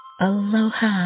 Aloha